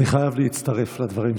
אני חייב להצטרף לדברים שלך.